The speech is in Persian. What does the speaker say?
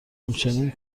همچنین